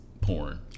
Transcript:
porn